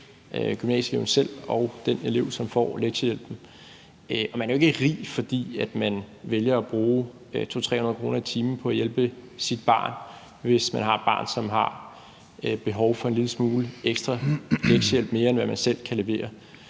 selv og den elev, som får lektiehjælpen. Og man er jo ikke rig, fordi man vælger at bruge 200-300 kr. i timen på at hjælpe sit barn, hvis man har et barn, som har behov for en lille smule ekstra lektiehjælp, altså mere, end man selv kan levere.